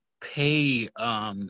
pay